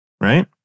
right